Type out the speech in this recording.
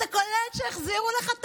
אתה קולט שהחזירו לך את